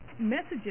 messages